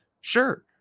Sure